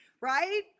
Right